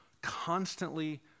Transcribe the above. constantly